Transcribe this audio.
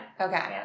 Okay